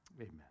Amen